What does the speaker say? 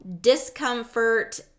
discomfort